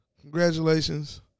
Congratulations